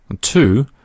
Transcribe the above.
Two